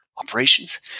operations